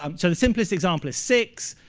um so the simplest example is six.